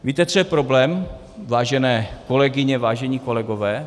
Víte, co je problém, vážené kolegyně, vážení kolegové?